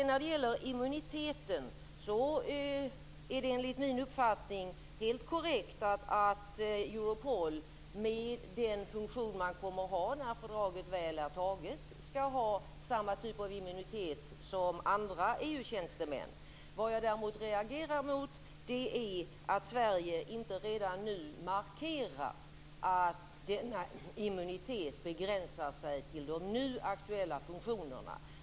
När det gäller immuniteten är det enligt min uppfattning helt korrekt att man i Europol, med den funktion man kommer att ha när fördraget väl är antaget, skall ha samma typ av immunitet som andra EU Vad jag däremot reagerar mot är att Sverige inte redan nu markerar att denna immunitet begränsar sig till de nu aktuella funktionerna.